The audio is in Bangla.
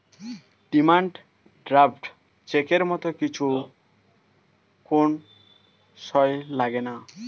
ডিমান্ড ড্রাফট চেকের মত কিছু কোন সই লাগেনা